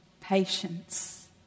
patience